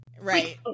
Right